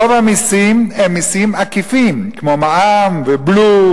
רוב המסים הם מסים עקיפים כמו מע"מ ובלו,